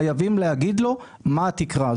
חייבים להגיד לו מה התקרה.